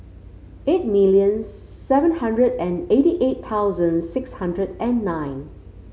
eight million seven hundred and eighty eight thousand six hundred and nine